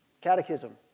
Catechism